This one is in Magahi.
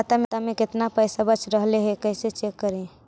खाता में केतना पैसा बच रहले हे कैसे चेक करी?